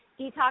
detox